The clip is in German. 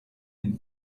den